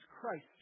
Christ